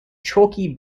chalky